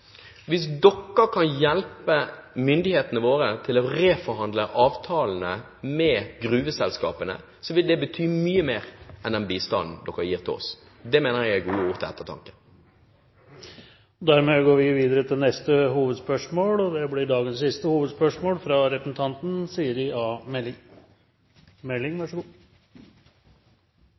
Hvis dere kan hjelpe myndighetene våre til å reforhandle avtalene med gruveselskapene, vil det bety mye mer enn den bistanden dere gir til oss. Det mener jeg er gode ord til ettertanke. Da er vi kommet til dagens siste hovedspørsmål.